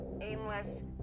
aimless